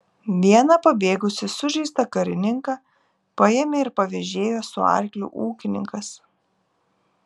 vieną pabėgusį sužeistą karininką paėmė ir pavėžėjo su arkliu ūkininkas